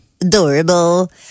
Adorable